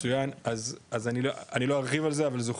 מצוין, אני לא ארחיב על זה, אבל זו